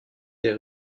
des